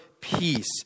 peace